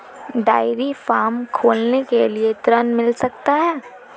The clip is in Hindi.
डेयरी फार्म खोलने के लिए ऋण मिल सकता है?